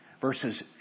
versus